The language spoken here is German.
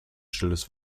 stilles